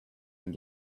been